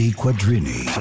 quadrini